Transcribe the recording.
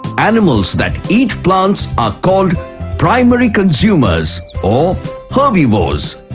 animals that eat plants are called primary consumers or herbivores.